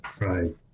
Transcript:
right